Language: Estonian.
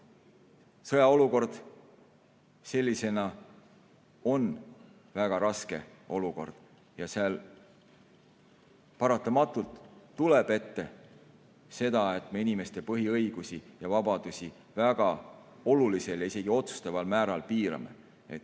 Sõjaolukord on väga raske olukord. Paratamatult tuleb ette seda, et me inimeste põhiõigusi ja -vabadusi väga olulisel, isegi otsustaval määral piirame.